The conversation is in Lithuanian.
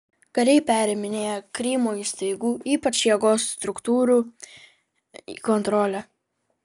kariai periminėja krymo įstaigų ypač jėgos struktūrų kontrolę